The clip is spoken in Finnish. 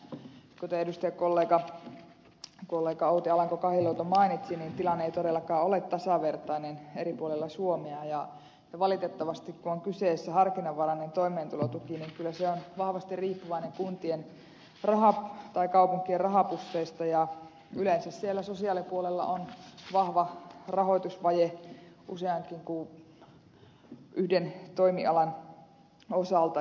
kuten edustajakollega outi alanko kahiluoto mainitsi niin tilanne ei todellakaan ole tasavertainen eri puolilla suomea ja valitettavasti kun on kyseessä harkinnanvarainen toimeentulotuki kyllä se on vahvasti riippuvainen kuntien tai kaupunkien rahapusseista ja yleensä siellä sosiaalipuolella on vahva rahoitusvaje useammankin kuin yhden toimialan osalta